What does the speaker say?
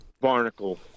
barnacle